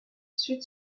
sud